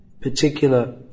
particular